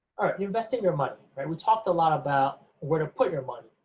investing their money right, we talked a lot about where to put your money,